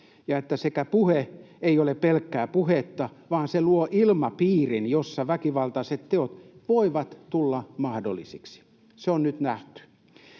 ja että puhe ei ole pelkkää puhetta, vaan se luo ilmapiirin, jossa väkivaltaiset teot voivat tulla mahdollisiksi. Se on nyt nähty.